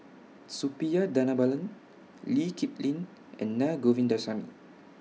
Suppiah Dhanabalan Lee Kip Lin and Na Govindasamy